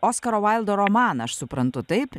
oskaro vaildo romaną aš suprantu taip